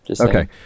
Okay